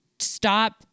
stop